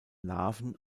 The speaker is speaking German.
larven